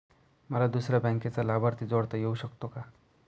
मला दुसऱ्या बँकेचा लाभार्थी जोडता येऊ शकतो का?